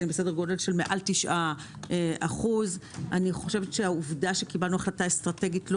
בסדר גודל של מעל 9%. העובדה שקיבלנו החלטה אסטרטגית לא